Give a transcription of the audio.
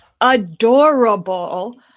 adorable